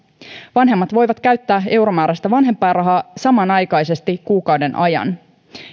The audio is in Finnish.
vanhemmat voivat käyttää euromääräistä vanhempainrahaa samanaikaisesti kuukauden ajan